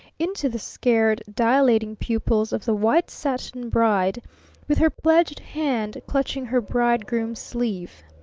into the scared dilating pupils of the white satin bride with her pledged hand clutching her bridegroom's sleeve.